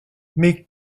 mais